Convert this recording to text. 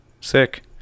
Sick